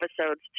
episodes